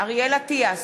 אריאל אטיאס,